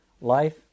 life